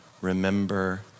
remember